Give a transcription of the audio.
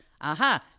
aha